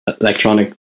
electronic